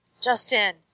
Justin